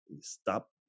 stop